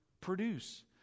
produce